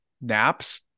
Naps